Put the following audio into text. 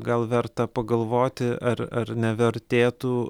gal verta pagalvoti ar ar nevertėtų